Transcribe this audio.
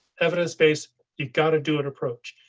evidence base you gotta do it approach.